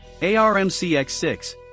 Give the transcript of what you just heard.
ARMCX6